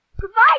Goodbye